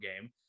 game